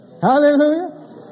Hallelujah